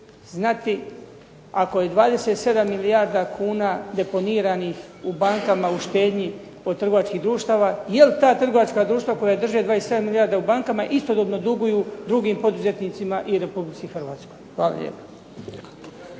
znati ako je 27 milijardi kuna deponiranih u bankama u štednji od trgovačkih društava, jel ta trgovačka društva koja drže 27 milijardi u bankama istodobno duguju drugim poduzetnicima i Republici Hrvatskoj. Hvala lijepa.